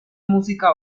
música